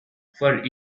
for